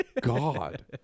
God